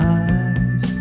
eyes